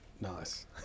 Nice